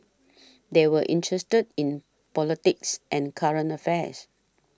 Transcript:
they were interested in politics and current affairs